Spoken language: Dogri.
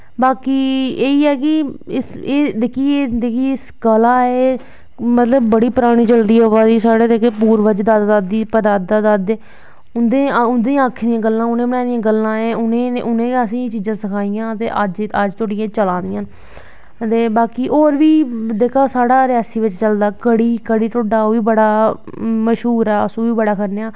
बाकी एह् ऐ कि जेह्का कला एह् मतलव बड़ी परानी चलदी अवा दी साढ़े जेह्ड़े पूर्वज परदादा दादी उंदी आक्खी दियां गल्लां उनैं बनाई दियां एह् उनें असेंगी एह् चीजां सखाईयां ते अज्ज तोड़ी एह् चीजां सखाइयां न ते बाकी होर बी जेह्ड़ा रियासी च चलदा कढ़ी ढोडा ओह् बी बड़ा मश्हूर ऐ एस ओह् बी खन्ने आं